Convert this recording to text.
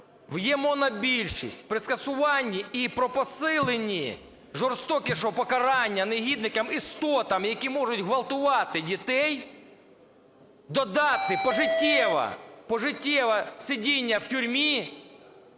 Ви є монобільшість. При скасуванні і при посиленні жорстокішого покарання негідникам, істотам, які можуть ґвалтувати дітей, додати пожиттєве, пожиттєве сидіння в тюрмі!